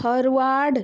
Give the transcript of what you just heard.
forward